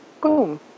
Boom